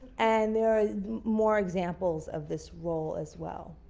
and there are more examples of this role as well.